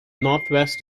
northwest